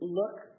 look